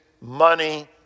money